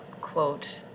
quote